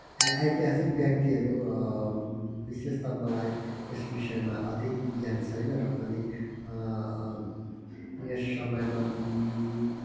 ऐतिहासिक व्यक्तिहरू विशेष त मलाई यस विषयमा अधिक ज्ञान छैन र पनि त्यस समयमा